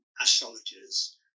astrologers